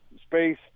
space